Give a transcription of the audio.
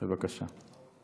בבקשה.